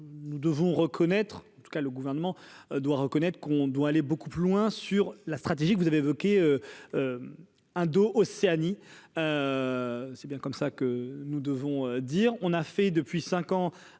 nous devons reconnaître, en tout cas le gouvernement doit reconnaître qu'on doit aller beaucoup plus loin sur la stratégie que vous avez évoqué un Océanie. C'est bien comme ça que nous devons dire on a. En fait, depuis 5 ans,